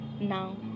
Now